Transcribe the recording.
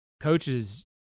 Coaches